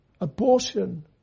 Abortion